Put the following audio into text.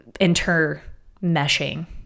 intermeshing